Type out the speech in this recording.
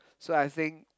so I think